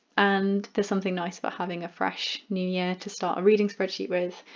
and there's something nice about having a fresh new year to start a reading spreadsheet with.